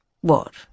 What